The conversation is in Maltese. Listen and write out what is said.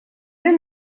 hemm